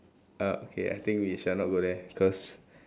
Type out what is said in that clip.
um okay I think we shall not go there cause